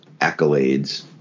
accolades